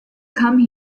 come